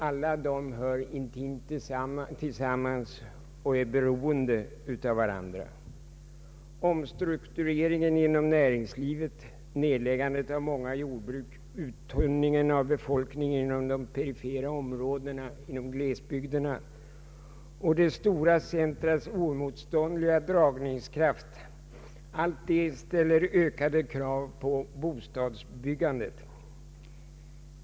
Alla dessa hör intimt samman och är beroende av varandra. Omstruktureringen inom näringslivet, nedläggandet av många jordbruk, uttunningen av befolkningen inom de perifera områdena i glesbygderna och de stora centras svårmotståndliga dragningskraft, allt detta ställer ökade krav på bostadsbyggandet.